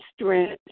strength